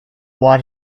what